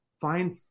find